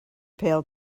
pail